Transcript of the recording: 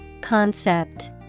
Concept